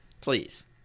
Please